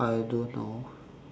I don't know